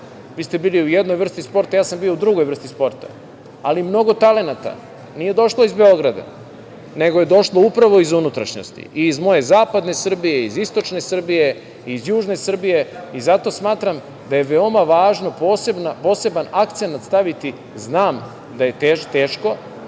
vi ste bili u jednoj vrsti sporta, ja sam bio u drugoj vrsti sporta, ali mnogo talenata nije došlo iz Beograda, nego je došlo upravo iz unutrašnjosti i iz moje zapadne Srbije, iz istočne Srbije, iz južne Srbije i zato smatram da je veoma važno poseban akcenat staviti… Znam da je teško